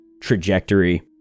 trajectory